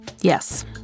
Yes